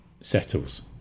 settles